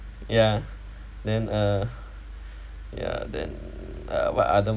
ya then uh ya then uh what other